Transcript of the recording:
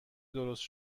درست